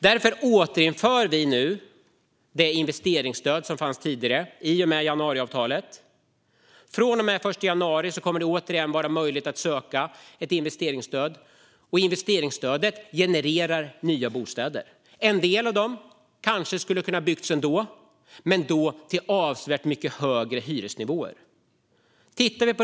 Därför återinför vi nu, i och med januariavtalet, det investeringsstöd som fanns tidigare. Från och med den 1 januari kommer det återigen att vara möjligt att söka ett investeringsstöd, och investeringsstödet genererar nya bostäder. En del av dem kanske skulle ha kunnat byggas ändå, men då till avsevärt mycket högre hyresnivåer.